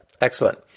Excellent